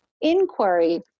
Inquiry